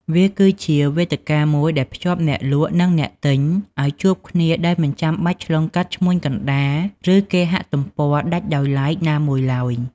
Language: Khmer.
វាគឺជាវេទិកាមួយដែលភ្ជាប់អ្នកលក់និងអ្នកទិញឱ្យជួបគ្នាដោយមិនចាំបាច់ឆ្លងកាត់ឈ្មួញកណ្តាល ឬគេហទំព័រដាច់ដោយឡែកណាមួយឡើយ។